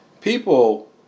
People